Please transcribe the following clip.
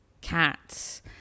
cats